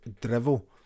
Drivel